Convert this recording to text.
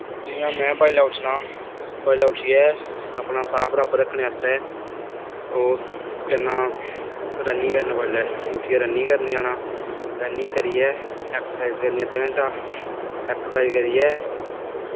जि'यां में बड्डलै उट्ठना बड्डलै उट्ठियै अपना साह् बराबर रक्खने आस्तै जन्ना रनिंग करने बड्डलै उट्ठियै रनिंग करने जाना रनिंग करियै एक्सरसाइज करनी अद्धा घैंटा एक्सरसाइज करियै